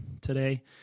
today